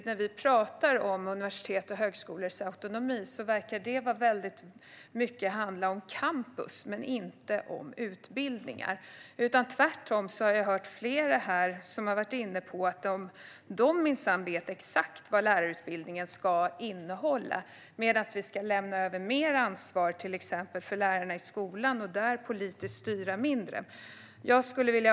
När vi talar om universitets och högskolors autonomi tycker jag att det verkar handla väldigt mycket om campus men inte så mycket om utbildningar. Tvärtom har jag hört flera här vara inne på att de minsann vet exakt vad lärarutbildningen ska innehålla, samtidigt som vi ska lämna över mer ansvar exempelvis till lärarna i skolan och styra mindre politiskt där.